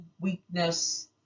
weakness